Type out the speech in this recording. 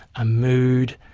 a mood,